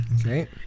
Okay